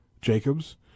Jacobs